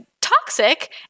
toxic